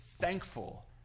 thankful